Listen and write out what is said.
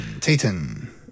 Titan